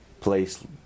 place